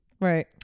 Right